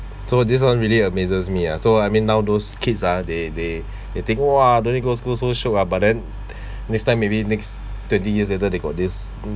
so this [one] really amazes me ah so I mean now those kids ah they they they think !wah! no need go school so shiok ah but then next time maybe next twenty years later they got this mm